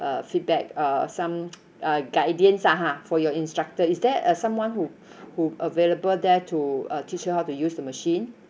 uh feedback uh some uh guidance lah ha for your instructor is there a someone who who available there to uh teach her how to use the machine